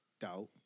Doubt